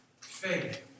faith